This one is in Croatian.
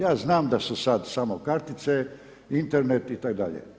Ja znam da su sada samo kartice, Internet itd.